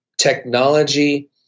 technology